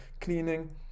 cleaning